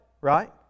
right